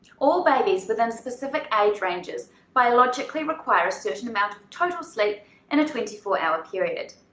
all babies within specific age ranges biologically require a certain amount of total sleep in a twenty four hour period.